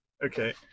Okay